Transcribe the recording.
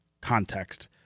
context